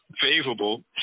favorable